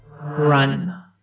Run